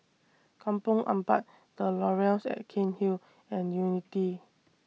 Kampong Ampat The Laurels At Cairnhill and Unity